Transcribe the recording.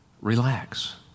Relax